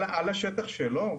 על השטח שלו?